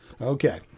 Okay